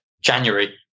January